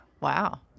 Wow